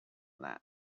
that